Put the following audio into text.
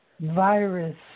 virus